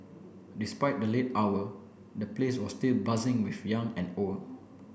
despite the late hour the place was still buzzing with young and old